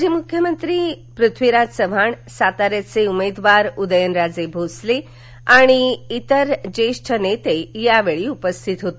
माजी मृख्यमंत्री पृथ्वीराज चव्हाण साताऱ्याचे उमदवार उद्यनराजे भोसले आणि तर ज्येष्ठ नेते यावेळी उपस्थित होते